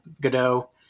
Godot